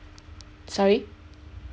sorry